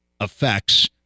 effects